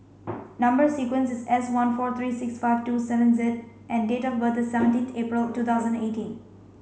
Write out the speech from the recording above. number sequence is S one four three six five two seven Z and date of birth is seventeen April two thousand eighteen